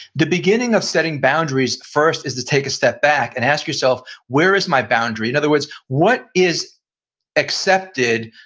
the beginning of setting boundaries first is to take a step back and ask yourself where is my boundary? in other words, what is accepted,